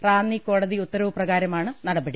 റാന്നി കോടതി ഉത്ത രവ് പ്രകാരമാണ് നടപടി